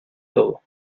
todo